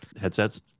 headsets